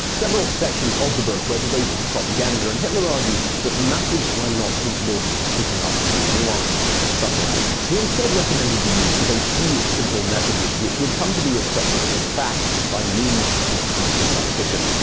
several sections of the book were devoted to propaganda, and hitler argued that the masses were not capable of picking up on nuance or subtlety. he instead recommended the use of a few simple messages, which would come to be accepted as fact by means of constant repetition.